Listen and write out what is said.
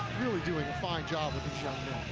doing a fine job with this young